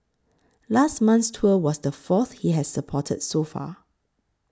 last month's tour was the fourth he has supported so far